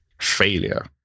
failure